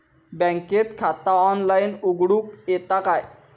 बँकेत खाता ऑनलाइन उघडूक येता काय?